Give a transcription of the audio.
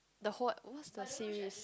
the whole what's the series